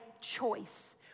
choice